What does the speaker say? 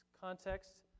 Context